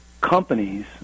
companies